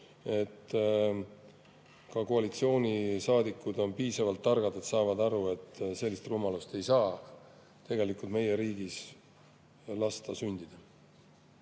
et ka koalitsioonisaadikud on piisavalt targad ja saavad aru, et sellist rumalust ei saa meie riigis lasta sündida.